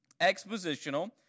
Expositional